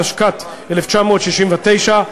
התשכ"ט 1969,